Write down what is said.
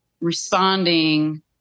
responding